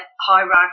hierarchy